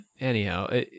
anyhow